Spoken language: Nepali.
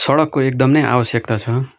सडकको एकदमै आवश्यक्ता छ